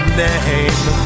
name